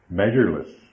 measureless